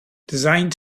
designed